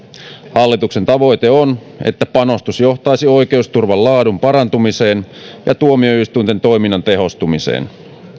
hallituksen tavoite on että panostus johtaisi oikeusturvan laadun parantumiseen ja tuomioistuinten toiminnan tehostumiseen